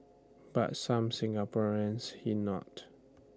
but some Singaporeans he note